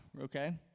okay